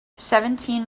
seventeen